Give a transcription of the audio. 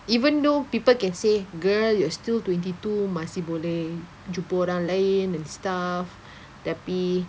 even though people can say girl you are still twenty two masih boleh jumpa orang lain and stuff tapi